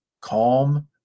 calm